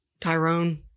Tyrone